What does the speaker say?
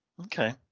Okay